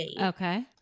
okay